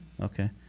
Okay